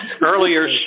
earlier